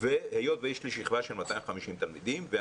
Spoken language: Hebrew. והיות ויש לו שכבה של 250 תלמידים והוא